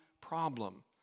problem